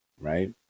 right